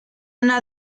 una